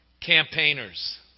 Campaigners